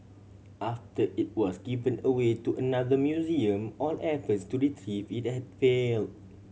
after it was given away to another museum all efforts to retrieve it had fail